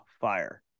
fire